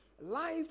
Life